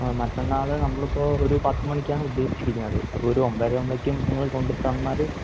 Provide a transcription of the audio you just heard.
ആ മറ്റന്നാൾ നമ്മളിപ്പോൾ ഒരു പത്ത് മണിക്കാണ് ഉദ്ദേശിച്ചിരിക്കണത് അപ്പോൾ ഒരു ഒമ്പര ആകുമ്പോഴേക്കും നിങ്ങൾ കൊണ്ടുത്തന്നാൽ